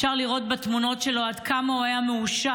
אפשר לראות בתמונות שלו עד כמה הוא היה מאושר,